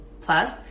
Plus